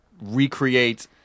recreate